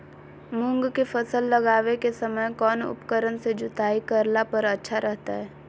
मूंग के फसल लगावे के समय कौन उपकरण से जुताई करला पर अच्छा रहतय?